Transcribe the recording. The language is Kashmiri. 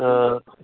تہٕ